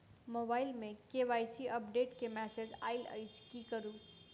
Mobile मे KYC update केँ message आइल अछि की करू?